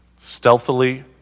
Stealthily